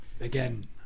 again